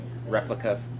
Replica